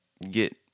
get